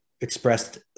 expressed